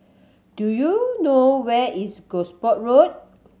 do you know where is Gosport Road